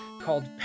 called